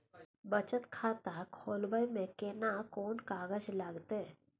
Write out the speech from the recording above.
बचत खाता खोलबै में केना कोन कागज लागतै?